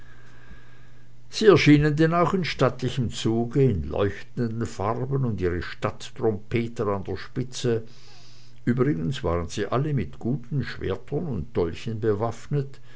sie erschienen denn auch in stattlichem zuge in leuchtenden farben und ihre stadttrompeter an der spitze übrigens waren sie alle mit guten schwertern und dolchen bewaffnet